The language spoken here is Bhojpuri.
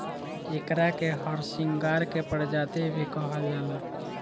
एकरा के हरसिंगार के प्रजाति भी कहल जाला